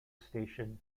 station